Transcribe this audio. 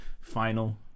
final